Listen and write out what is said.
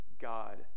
God